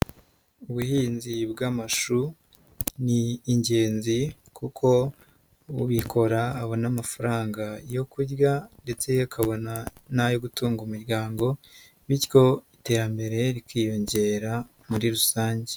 Ubuhinzi bw'amashu ni ingenzi kuko ubikora abona amafaranga yo kurya ndetse akabona n'ayo gutunga imiryango bityo iterambere rikiyongera muri rusange.